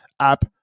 app